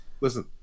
Listen